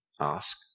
Ask